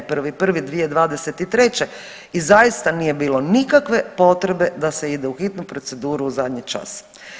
1.1.2023. i zaista nije bilo nikakve potrebe da se ide u hitnu proceduru u zadnji čas.